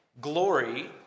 glory